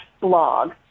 blog